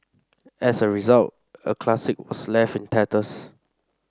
as a result a classic was left in tatters